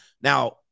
Now